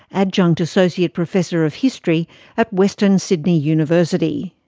adjunct associate professor of history at western sydney university.